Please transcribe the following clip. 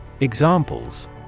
Examples